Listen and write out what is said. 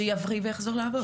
שיבריא ויחזור לעבוד.